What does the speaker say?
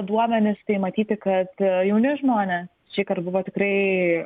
duomenis tai matyti kad jauni žmonės šįkart buvo tikrai